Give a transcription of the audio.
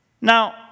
Now